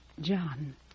John